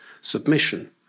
submission